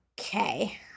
Okay